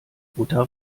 butter